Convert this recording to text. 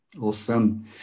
Awesome